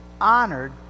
honored